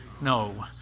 No